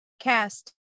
cast